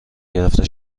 گرفته